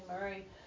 Murray